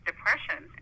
Depression